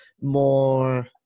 more